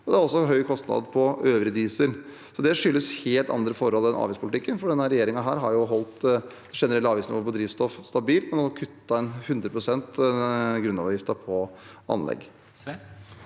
det er også en høy kostnad på øvrig diesel. Det skyldes helt andre forhold enn avgiftspolitikken, for denne regjeringen har holdt det generelle avgiftsnivået på drivstoff stabilt, og man har kuttet grunnavgiften på anlegg